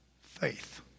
faith